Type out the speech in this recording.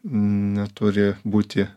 neturi būti